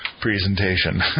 presentation